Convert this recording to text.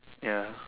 ya